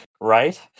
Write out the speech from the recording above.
right